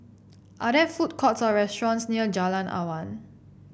are there food courts or restaurants near Jalan Awan